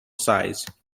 size